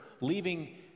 leaving